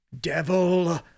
Devil